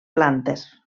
plantes